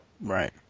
Right